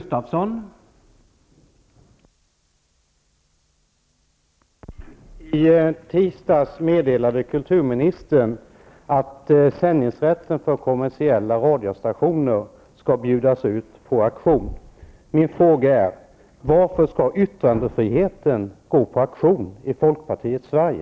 Herr talman! I tisdags meddelade kulturministern att sändningsrätten för kommersiella radiostationer skall bjudas ut på auktion. Min fråga är: Varför skall yttrandefriheten gå på auktion i folkpartiets Sverige?